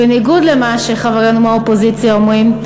בניגוד למה שחברינו מהאופוזיציה אומרים,